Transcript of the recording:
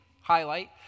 highlight